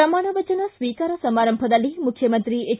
ಪ್ರಮಾಣವಚನ ಸ್ತೀಕಾರ ಸಮಾರಂಭದಲ್ಲಿ ಮುಖ್ಯಮಂತ್ರಿ ಎಚ್